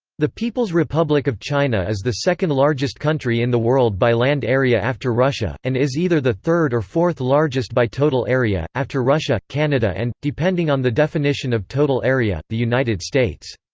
the people's republic of china is the second-largest country in the world by land area after russia, and is either the third or fourth-largest by total area, after russia, canada and, depending on the definition of total area, the united states.